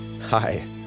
Hi